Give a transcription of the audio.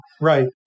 right